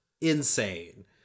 Insane